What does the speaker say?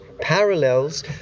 parallels